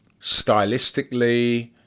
stylistically